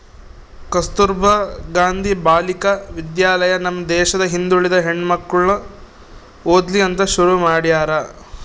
ಕಸ್ತುರ್ಭ ಗಾಂಧಿ ಬಾಲಿಕ ವಿದ್ಯಾಲಯ ನಮ್ ದೇಶದ ಹಿಂದುಳಿದ ಹೆಣ್ಮಕ್ಳು ಓದ್ಲಿ ಅಂತ ಶುರು ಮಾಡ್ಯಾರ